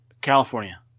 California